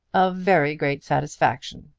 of very great satisfaction,